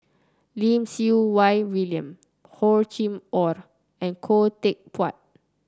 Lim Siew Wai William Hor Chim Or and Khoo Teck Puat